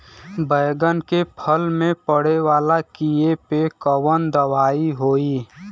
बैगन के फल में पड़े वाला कियेपे कवन दवाई होई?